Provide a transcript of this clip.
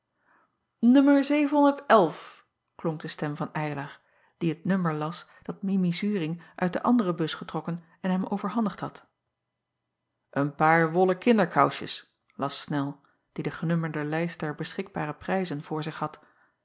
klonk de stem van ylar die het nummer las dat imi uring uit de andere bus getrokken en hem overhandigd had en paar wollen kinderkousjes las nel die de genummerde lijst der beschikbare prijzen voor zich had